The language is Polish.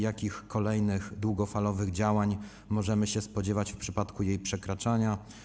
Jakich kolejnych długofalowych działań możemy się spodziewać w przypadku jej przekraczania?